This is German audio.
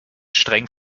streng